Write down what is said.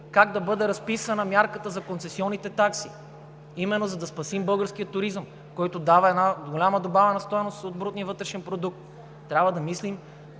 как да бъде разписана мярката за концесионните такси именно за да спасим българския туризъм, който дава една голяма добавена стойност от брутния вътрешен продукт. Трябва да мислим